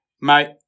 Mate